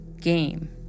Game